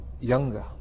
younger